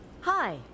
Hi